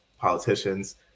politicians